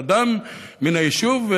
בן אדם מן היישוב,